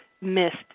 missed